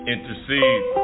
Intercede